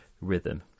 rhythm